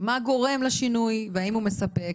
מה גורם לשינוי והאם הוא מספק,